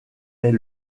est